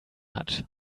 hat